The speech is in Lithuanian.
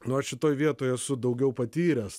nu aš šitoj vietoj esu daugiau patyręs